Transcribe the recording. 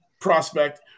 prospect